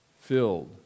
filled